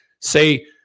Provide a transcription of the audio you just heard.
say